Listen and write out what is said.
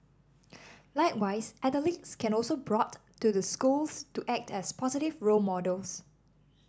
likewise athletes can also brought to the schools to act as positive role models